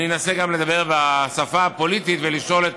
אני אנסה גם לדבר בשפה הפוליטית ולשאול את